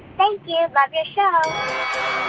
thank you. love your show